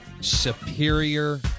superior